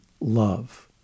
love